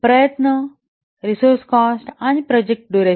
प्रयत्न resource cost आणि project कालावधी